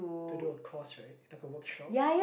to do a course right I got workshop